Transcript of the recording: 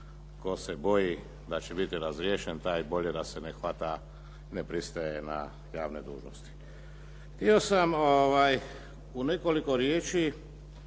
hvala vam